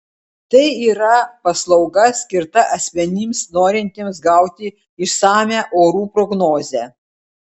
tai yra paslauga skirta asmenims norintiems gauti išsamią orų prognozę